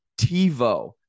TiVo